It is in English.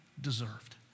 deserved